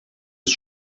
ist